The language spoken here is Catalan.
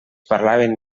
parlaven